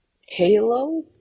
Halo